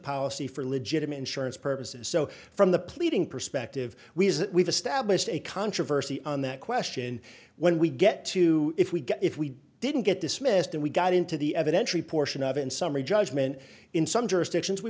policy for legitimate insurance purposes so from the pleading perspective we as we've established a controversy on that question when we get to if we get if we didn't get dismissed and we got into the evidentially portion of it in summary judgment in some jurisdictions we